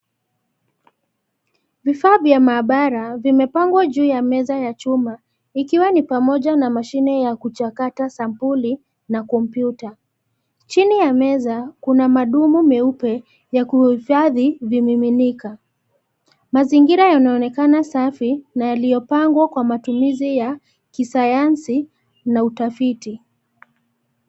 Vifaa vya maabara vimepangwa juu ya meza ya chuma ikiwa ni pamoja na mashine ya kuchakata sampuli na kompyuta. Chini ya meza kuna madumu meupe ya kuhifandi vimiminika. Mazingira yanaonekana safi na yaliyopangwa kwa matumizi ya kisayansi na utafiti.